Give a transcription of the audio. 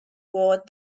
ward